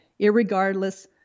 irregardless